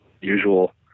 usual